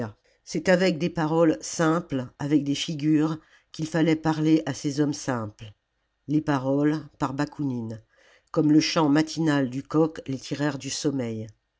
c'était avec des paroles simples avec des figures qu'il fallait parler à ces hommes simples les paroles par bakounine comme le chant matinal du coq les tirèrent du sommeil